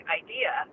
idea